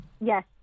Yes